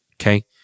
okay